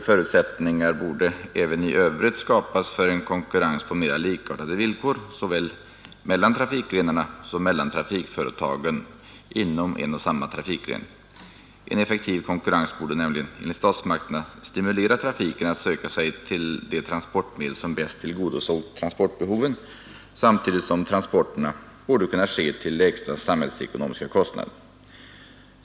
Förutsättningar borde även i övrigt skapas för en konkurrens på mer likartade villkor såväl mellan trafikgrenarna som mellan trafikföretagen inom en och samma trafikgren. En effektiv konkurrens borde nämligen enligt statsmakterna stimulera trafiken att söka sig till de transportmedel som bäst tillgodosåg transportbehoven, samtidigt som transporterna borde kunna ske till lägsta samhällsekonomiska kostnad.